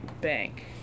bank